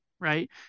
right